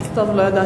טוב, לא ידעתי.